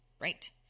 Right